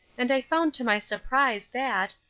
and i found to my surprise that,